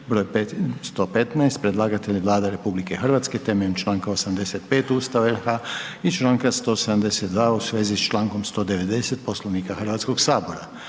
broj 515 Predlagatelj je Vlada RH temeljem Članka 85. Ustava RH i Članka 172. u svezi s Člankom 190. Poslovnika Hrvatskog sabora.